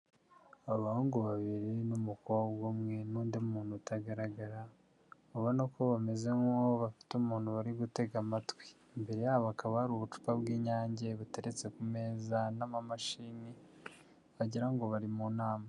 Abahungu babiri n'umukobwa umwe n'undi muntu utagaragara ubona ko bameze nk'uwo bafite umuntu bari gutega amatwi imbere yabo hakaba hari ubucupa bw'inyange buteretse ku meza n'amamashini wagira ngo bari mu nama.